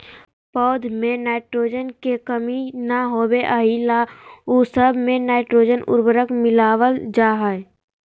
पौध में नाइट्रोजन के कमी न होबे एहि ला उ सब मे नाइट्रोजन उर्वरक मिलावल जा हइ